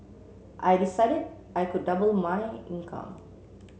I decided I could double my income